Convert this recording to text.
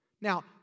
Now